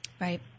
Right